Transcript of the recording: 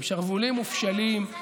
עם שרוולים מופשלים,